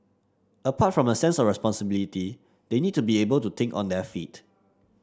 apart from a sense of responsibility they need to be able to think on their feet